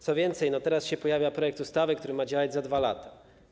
Co więcej, teraz się pojawia projekt ustawy, który ma działać za 2 lata.